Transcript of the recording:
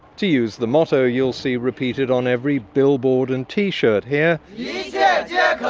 to use the motto you'll see repeated on every billboard and t-shirt here yeah yeah yeah